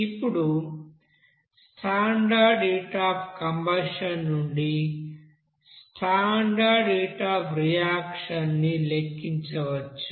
ఇప్పుడు standard heat of combustion నుండి standard heat of reaction ని లెక్కించవచ్చు